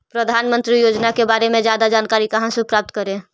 प्रधानमंत्री योजना के बारे में जादा जानकारी कहा से प्राप्त करे?